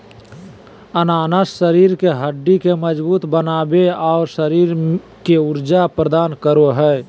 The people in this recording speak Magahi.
अनानास शरीर के हड्डि के मजबूत बनाबे, और शरीर के ऊर्जा प्रदान करो हइ